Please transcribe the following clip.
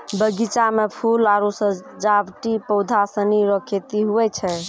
बगीचा मे फूल आरु सजावटी पौधा सनी रो खेती हुवै छै